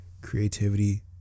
Creativity